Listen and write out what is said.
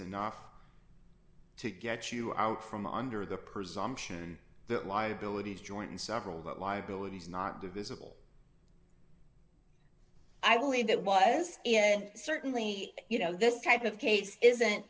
enough to get you out from under the presumption that liability is joint and several that liabilities not divisible i believe that was certainly you know this type of case isn't